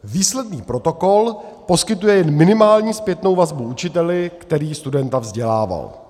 Výsledný protokol poskytuje jen minimálně zpětnou vazbu učiteli, který studenta vzdělával.